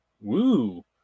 woo